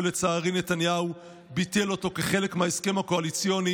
ולצערי נתניהו ביטל אותו כחלק מההסכם הקואליציוני,